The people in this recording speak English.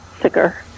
sicker